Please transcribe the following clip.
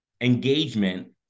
engagement